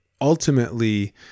ultimately